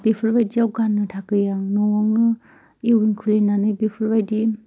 बेफोरबायदियाव गाननो थाखाय आं न'आवनो उवेभिं खुलिनानै बेफोरबायदि